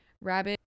rabbit